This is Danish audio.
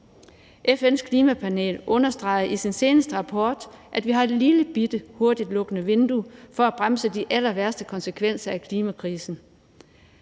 FN's Klimapanel understreger i sin seneste rapport, at vi har et lillebitte, hurtigtlukkende vindue til at bremse de allerværste konsekvenser af klimakrisen.